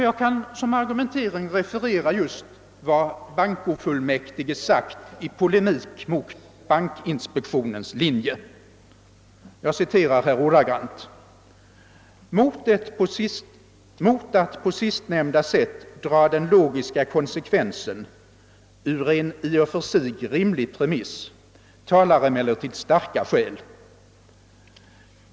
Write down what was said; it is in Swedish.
Jag kan som argumentering referera vad bankofullmäktige sagt i polemik mot bankinspektionens linje: »Mot att på sistnämnda sätt dra de 1ogiska konsekvenserna ur en i och för sig rimlig premiss talar emellertid starka skäl.